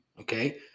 okay